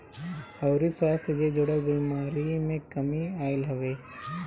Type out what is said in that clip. अउरी स्वास्थ्य जे जुड़ल बेमारी में कमी आईल हवे